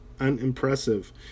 unimpressive